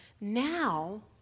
now